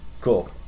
Cool